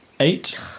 eight